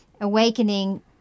awakening